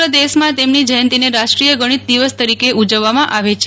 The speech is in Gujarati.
સમગ્ર દેશમાં તેમની જ્યંતિને રાષ્ટ્રીય ગણિત દિવસ તરીકે ઉજવવામાં આવે છે